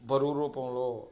బరువు రూపంలో